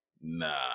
nah